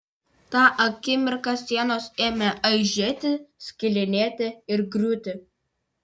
tą akimirką sienos ėmė aižėti skilinėti ir griūti